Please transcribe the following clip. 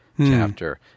chapter